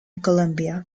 columbia